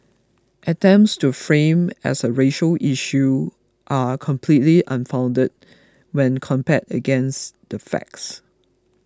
attempts to frame as a racial issue are completely unfounded when compared against the facts